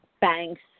banks